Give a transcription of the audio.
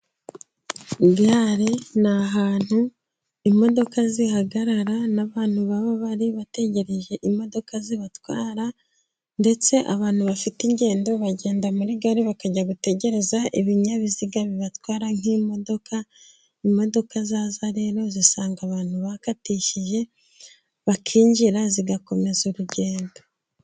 Gare ni ahantu imodoka zihagarara n'abantu baba bari bategereje imodoka zibatwara ndetse abantu bafite ingendo bagenda muri gare bakajya gutegereza ibinyabiziga bibatwara nk'imodoka. Imodoka zaza rero zigasanga abantu bakatishije bakinjira zigakomeza urugendo.